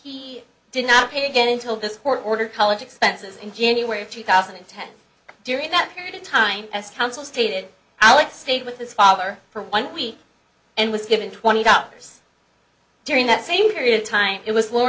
he did not pay again until this court ordered college expenses in january of two thousand and ten during that period of time as counsel stated alex stayed with his father for one week and was given twenty dollars during that same period of time it was lo